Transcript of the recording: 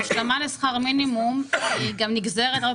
ההשלמה לשכר מינימום היא גם נגזרת הרבה